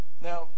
Now